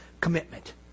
commitment